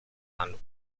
and